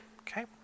Okay